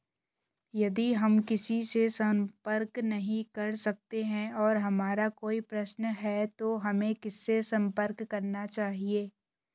यदि हम किसी से संपर्क नहीं कर सकते हैं और हमारा कोई प्रश्न है तो हमें किससे संपर्क करना चाहिए?